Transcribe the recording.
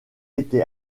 été